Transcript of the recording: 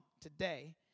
today